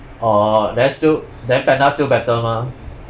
orh then still then panda still better mah